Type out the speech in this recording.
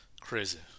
Crazy